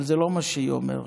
אבל זה לא מה שהיא אומרת.